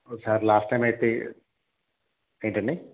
sir last time అయితే ఏంటండి